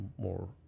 more